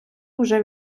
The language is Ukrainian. уже